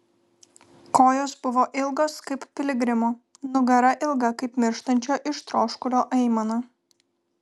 kojos buvo ilgos kaip piligrimo nugara ilga kaip mirštančio iš troškulio aimana